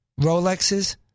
Rolexes